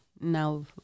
Now